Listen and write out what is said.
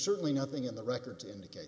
certainly nothing in the records indicate